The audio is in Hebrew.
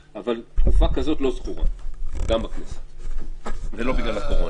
תקופה כזאת לא זכורה גם בכנסת, ולא בגלל הקורונה.